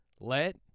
Let